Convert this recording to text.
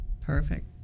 Perfect